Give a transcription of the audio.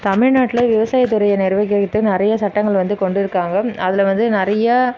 தமிழ்நாட்டில் விவசாயத்துறையை நிர்வகிக்கிறதுக்கு நிறைய சட்டங்கள் வந்து கொண்டுருக்காங்க அதில் வந்து நிறையா